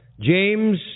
James